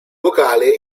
locale